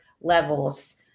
levels